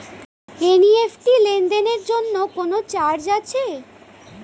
NEFT লেনদেনের জন্য কোন চার্জ আছে?